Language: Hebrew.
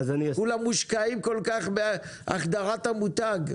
כולם מושקעים כל כך בהחדרת המותג?